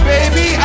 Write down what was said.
Baby